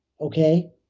okay